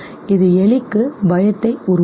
இது எலிக்கு பயத்தை உருவாக்கும்